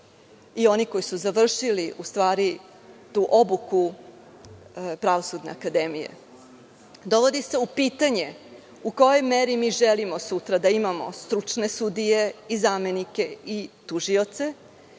i one koji su završili tu obuku Pravosudne akademije. Dovodi se u pitanje u kojoj meri mi želimo sutra da imamo stručne sudije i zamenike i tužioce,